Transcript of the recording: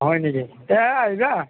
হয় নেকি তেহে আহিবা